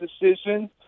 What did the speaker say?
decision